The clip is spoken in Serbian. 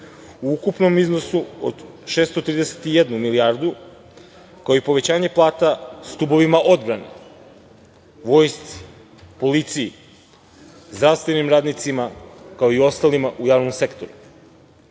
u ukupnom iznosu od 631 milijardu, kao i povećanje plata stubovima odbrane, vojsci, policiji, zdravstvenim radnicima, kao i ostalima u javnom